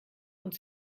und